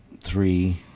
three